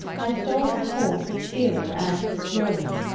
i stole from court with cyril and with florian,